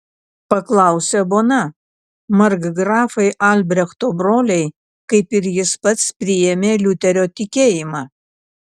paklausė bona markgrafai albrechto broliai kaip ir jis pats priėmė liuterio tikėjimą